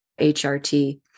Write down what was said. HRT